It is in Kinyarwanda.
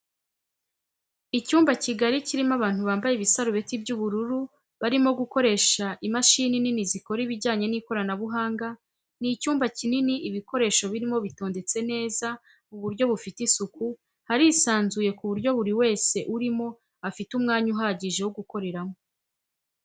Icyumba kigari kirimo abantu bambaye ibisarubeti by'ubururu barimo gukoresha imashini nini zikora ibijyanye n'ikoranabuhanga, ni icyumba kinini ibikoresho birimo bitondetse neza mu buryo bufite isuku harisanzuye ku buryo buri wese urimo afite umwanya uhagije wo gukoreramo.